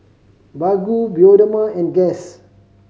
Baggu Bioderma and Guess